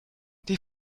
die